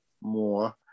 more